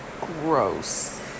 Gross